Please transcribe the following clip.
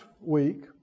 week